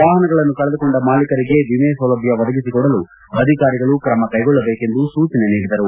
ವಾಹನಗಳನ್ನು ಕಳೆದುಕೊಂಡ ಮಾಲಿಕರಿಗೆ ವಿಮೆ ಸೌಲಭ್ಯ ಒದಗಿಸಿಕೊಡಲು ಅಧಿಕಾರಿಗಳು ಕ್ರಮ ಕೈಗೊಳ್ಳಬೇಕೆಂದು ಸೂಚನೆ ನೀಡಿದರು